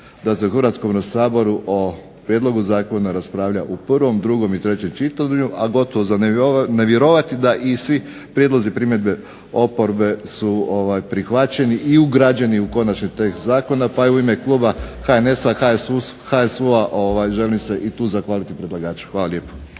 da se u Hrvatskom saboru o prijedlogu zakona raspravlja u prvom, drugom i trećem čitanju, a gotovo za nevjerovati je da i svi prijedlozi, primjedbe oporbe su prihvaćeni i ugrađeni u konačni tekst zakona pa u ime kluba HNS-HSU-a želim se i tu zahvaliti predlagaču. Hvala lijepo.